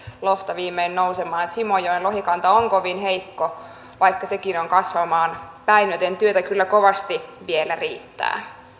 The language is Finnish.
lohta viimein nousemaan simojoen lohikanta on kovin heikko vaikka sekin on kasvamaan päin joten työtä kyllä kovasti vielä riittää